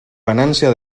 ganancia